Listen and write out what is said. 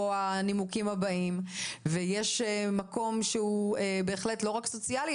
הנימוקים הבאים ויש מקום שהוא בהחלט לא רק סוציאלי,